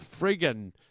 friggin